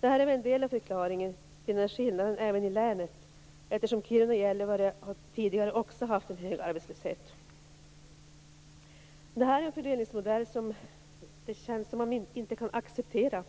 Det här är en del av förklaringen till skillnaden även i länet, eftersom Kiruna och Gällivare tidigare också har haft en hög arbetslöshet. Den här fördelningsmodellen känns det som om man inte kan acceptera.